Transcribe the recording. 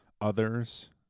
Others